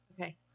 Okay